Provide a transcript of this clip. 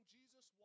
Jesus